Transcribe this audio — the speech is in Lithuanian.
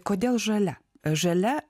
kodėl žalia žalia